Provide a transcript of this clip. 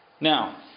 Now